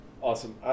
Awesome